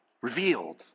Revealed